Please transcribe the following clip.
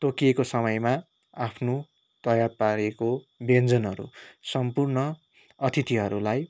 तोकिको समयमा आफ्नो तैयार पारिएको व्यञ्जनहरू सम्पूर्ण अतिथिहरूलाई